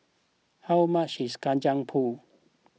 how much is Kacang Pool